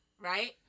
Right